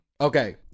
Okay